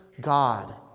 God